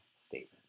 statement